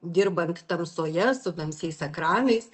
dirbant tamsoje su tamsiais ekranais